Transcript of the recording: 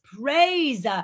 praise